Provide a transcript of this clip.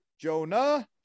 Jonah